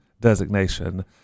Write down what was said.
designation